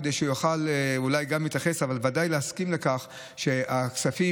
כדי שהוא יוכל אולי גם להתייחס אבל בוודאי להסכים לכך שהכספים